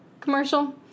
commercial